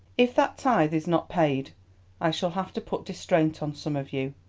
if that tithe is not paid i shall have to put distraint on some of you,